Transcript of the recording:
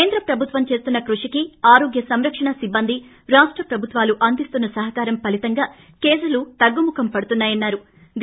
కేంద్ర ప్రభుత్వం చేస్తున్న కృషికి ఆరోగ్య సంరక్షణ సిబ్బందిరాష్ట ప్రభుత్వాలు అందిస్తున్న సహకారం ఫలీతంగా కేసులు తగ్గుతున్నాయని చెప్పారు